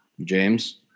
James